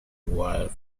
while